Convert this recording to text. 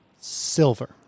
silver